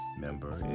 member